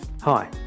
Hi